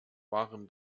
waren